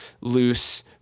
loose